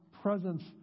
presence